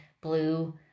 Blue